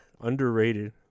underrated